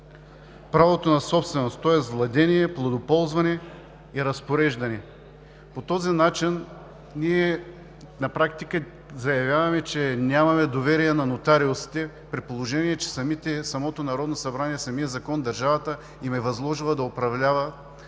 правото на собственост, тоест владение, ползване и разпореждане. По този начин ние на практика заявяваме, че нямаме доверие на нотариусите, при положение че самото Народно събрание, самият Закон, държавата им е възложила да управляват